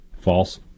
False